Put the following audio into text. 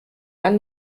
dann